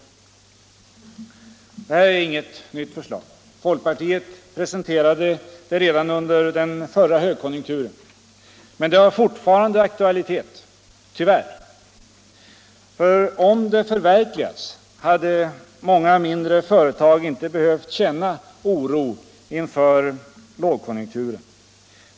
Detta är inget nytt förslag. Folkpartiet presenterade det redan under den förra högkonjukturen men det har fortfarande aktualitet. — Tyvärr. Om det förverkligats, hade många mindre företag inte behövt känna oro inför lågkonjunkturen.